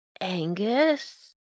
Angus